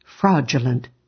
fraudulent